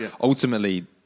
ultimately